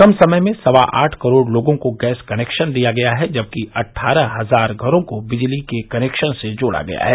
कम समय में सवा आठ करोड़ लोगों को गैस कनेक्शन दिया गया है जबकि अट्ठारह हजार घरों को बिजली के कनेक्शन से जोड़ा गया है